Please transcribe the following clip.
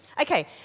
Okay